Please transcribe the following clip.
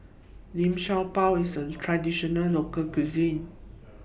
Liu Sha Bao IS A Traditional Local Cuisine